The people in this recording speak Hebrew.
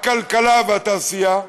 הכלכלה והתעשייה,